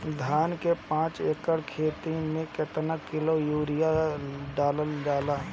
धान के पाँच एकड़ खेती में केतना किलोग्राम यूरिया डालल जाला?